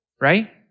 right